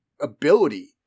ability